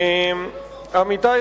תודה רבה לך,